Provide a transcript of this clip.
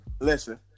Listen